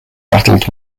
battled